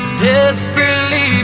desperately